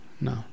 No